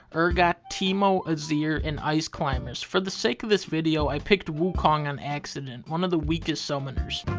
urgot, teemo, azir, and ice climbers. for the sake of this video, i picked wukong on accident, one of the weakest summoners.